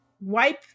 wipe